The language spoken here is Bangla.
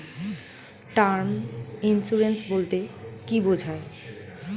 টার্ম ইন্সুরেন্স বলতে কী বোঝায়?